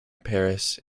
paris